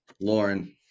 Lauren